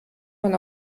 man